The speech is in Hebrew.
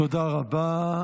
תודה רבה.